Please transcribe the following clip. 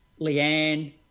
Leanne